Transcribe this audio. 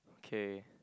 okay